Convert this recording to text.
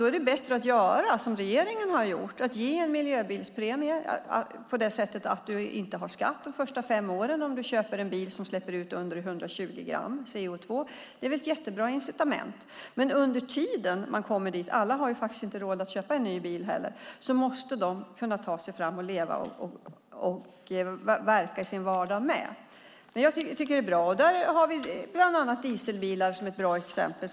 Då är det bättre att göra som regeringen har gjort, nämligen att ge en miljöbilspremie på det sättet att man inte betalar någon skatt första året om man köper en bil som släpper ut under 120 gram CO2. Det är väl ett jättebra incitament? Men alla har ju inte råd att köpa en ny bil, och de måste också kunna ta sig fram och verka i sin vardag. Dieselbilar är också ett bra exempel.